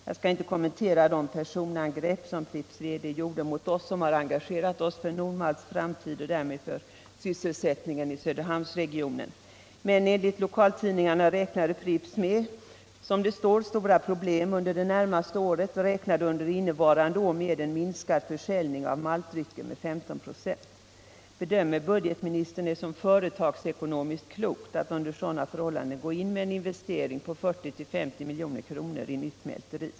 Jag skall inte kommentera de personangrepp som Pripps VD gjorde mot oss som har engagerat oss för Nordmalts framtid och därmed för sysselsättningen i Söderhamnsregionen. Men enligt lokaltidningarna räknade Pripps med stora problem under det närmaste året och väntar innevarande år en minskad försäljning av maltdrycker med 15 96. Bedömer budgetministern det som företagsekonomiskt klokt att under sådana förhållanden gå in med en investering på 40-50 milj.kr. i ett nytt mälteri?